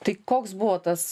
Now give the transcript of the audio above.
tai koks buvo tas